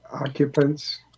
occupants